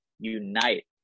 unite